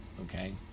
okay